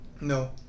No